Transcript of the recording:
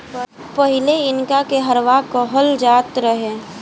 पहिले इनका के हरवाह कहल जात रहे